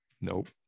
Nope